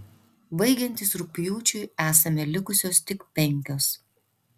baigiantis rugpjūčiui esame likusios tik penkios